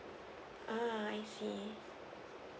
uh I see